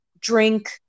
drink